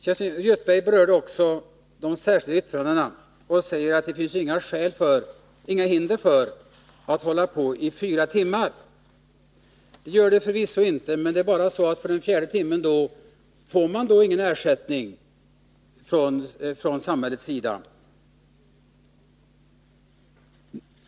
Kerstin Göthberg berörde också de särskilda yttrandena och sade att det inte finns några hinder för att arbeta i en cirkel i fyra timmar. Det gör det förvisso inte, men för den fjärde timmen får man ingen ersättning från samhällets sida.